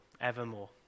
evermore